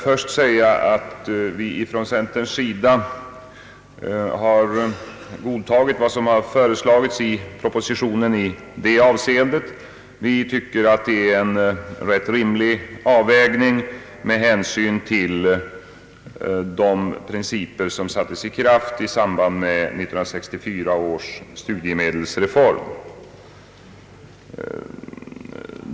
Från centerpartiets sida har vi godtagit vad som föreslagits i propositionen i det avseendet. Det är, anser vi, en ganska rimlig avvägning med hänsyn till de principer, som sattes i kraft i samband med 1964 års studiemedelsreform.